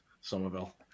Somerville